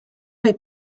est